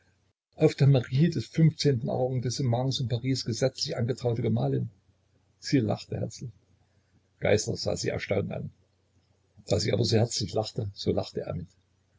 auf der mairie des fünfzehnten arrondissements in paris gesetzlich angetraute gemahlin sie lachte herzlich geißler sah sie erstaunt an da sie aber so herzlich lachte so lachte er mit